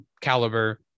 caliber